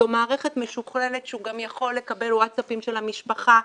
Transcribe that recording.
זו מערכת משוכללת שהוא גם יכול לקבל ווטסאפים של המשפחה,